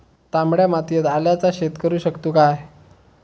तामड्या मातयेत आल्याचा शेत करु शकतू काय?